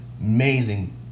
amazing